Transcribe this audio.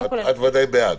את ודאי בעד.